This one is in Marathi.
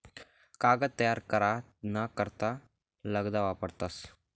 कागद तयार करा ना करता लगदा वापरतस